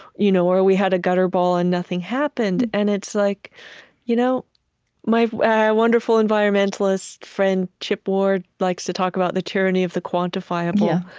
you know or we had a gutter ball and nothing happened. and like you know my wonderful environmentalist friend, chip ward, likes to talk about the tyranny of the quantifiable.